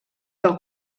del